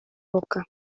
boca